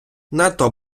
надто